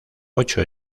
ocho